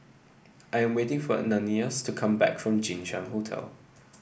I am waiting for Ananias to come back from Jinshan Hotel